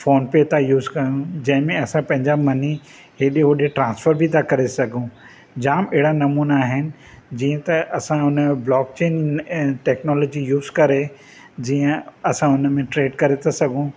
phone पे था use कयूं जंहिंमे असां पंहिंजा मनी हेॾे होॾे ट्रांसफर बि था करे सघूं जाम अहिड़ा नमूना आहिनि जीअं त असां हुन जो ब्लॉक चेन टेकनोलॉजी यूज़ करे जीअं असां हुन में ट्रेड करे था सघूं